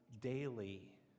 daily